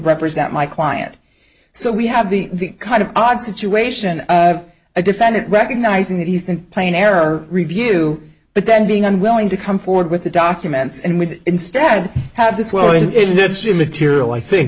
represent my client so we have the kind of odd situation a defendant recognizing that he's been playing error review but then being unwilling to come forward with the documents and with instead have this well is in this you material i think